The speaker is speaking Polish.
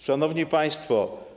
Szanowni Państwo.